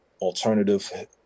alternative